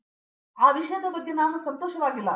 ಆದರೆ ನಾನು ಈ ವಿಷಯದ ಬಗ್ಗೆ ತುಂಬಾ ಸಂತೋಷವಾಗಿಲ್ಲ